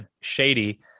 shady